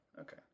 Okay